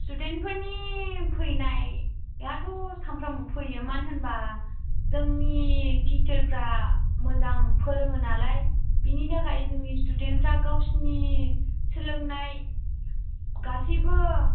स्टुदेन्टफोरनि फैनायाथ' सानफ्रोमबो फैयो मानो होनबा जोंनि टिचोरफ्रा मोजां फोरोङो नालाय बिनि थाखाय जोंनि स्टुदेन्टफ्रा गावसिनि सोलोंनाय गासिबो